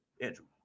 Andrew